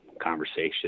conversation